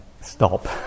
stop